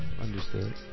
Understood